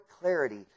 clarity